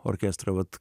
orkestrą vat